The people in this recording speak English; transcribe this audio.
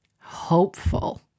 hopeful